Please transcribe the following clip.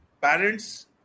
parents